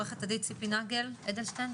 עוה"ד ציפי נגל אדלשטיין,